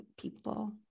people